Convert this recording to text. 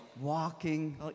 Walking